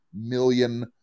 million